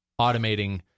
automating